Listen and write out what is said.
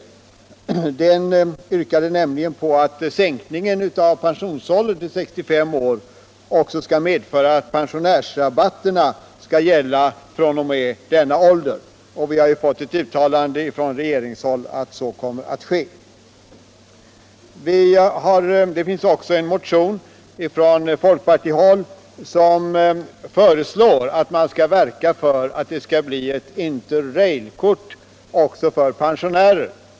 I den yrkades att sänkningen av pensionsåldern till 65 år skulle medföra att pensionärsrabatterna också skulle gälla fr.o.m. denna ålder. Från regeringshåll har uttalats att så kommer att ske. I en annan folkpartimotion föreslås att det införs ett interrailkort också för pensionärer.